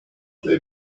they